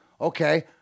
Okay